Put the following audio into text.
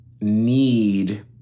need